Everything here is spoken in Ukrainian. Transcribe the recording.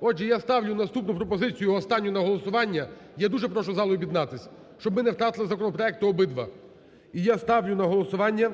Отже, я ставлю наступну пропозицію останню на голосування. Я дуже прошу зал об'єдналися, щоб ми не втратили законопроекти обидва. І я ставлю на голосування,